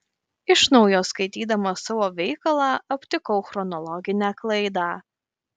iš naujo skaitydamas savo veikalą aptikau chronologinę klaidą